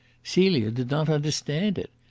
celia did not understand it.